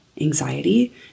anxiety